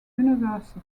university